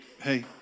Hey